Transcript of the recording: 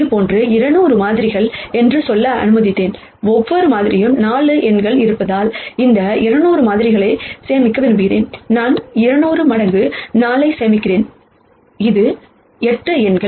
இதுபோன்ற 200 மாதிரிகள் என்று சொல்ல அனுமதித்தேன் ஒவ்வொரு மாதிரியிலும் 4 எண்கள் இருப்பதால் இந்த 200 மாதிரிகளை சேமிக்க விரும்புகிறேன் நான் 200 மடங்கு 4 ஐ சேமிக்கிறேன் இது 8 எண்கள்